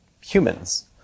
humans